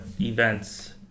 events